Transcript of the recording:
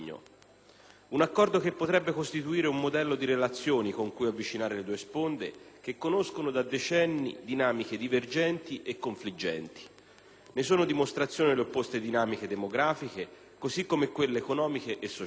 Un accordo che potrebbe costituire un modello di relazioni con cui avvicinare le due sponde, che conoscono da decenni dinamiche divergenti e confliggenti. Ne sono dimostrazione le opposte dinamiche demografiche, così come quelle economiche e sociali.